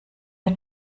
wir